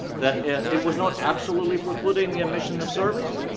that it was not absolutely precluding the admission of surveys.